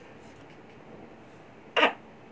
art